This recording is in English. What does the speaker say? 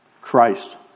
Christ